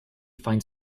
find